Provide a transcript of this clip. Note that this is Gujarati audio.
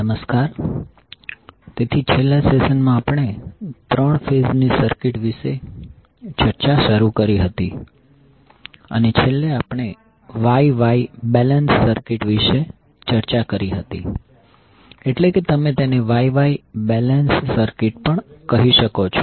નમસ્કાર તેથી છેલ્લા સેશન માં આપણે 3 ફેઝ ની સર્કિટ વિશે ચર્ચા શરૂ કરી હતી અને છેલ્લે આપણે Y Y બેલેન્સ સર્કિટ વિશે ચર્ચા કરી હતી એટલે કે તમે તેને Y Y બેલેન્સ સર્કિટ પણ કહી શકો છો